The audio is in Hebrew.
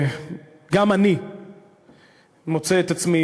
גם אני מוצא את עצמי